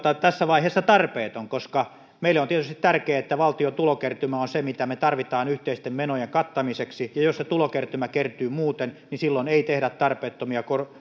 tässä vaiheessa tarpeeton koska meille on tietysti tärkeää että valtion tulokertymä on se mitä me tarvitsemme yhteisten menojen kattamiseksi ja jos se tulokertymä kertyy muuten niin silloin ei tehdä tarpeettomia